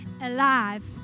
alive